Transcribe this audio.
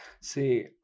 See